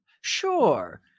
Sure